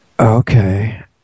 okay